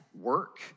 work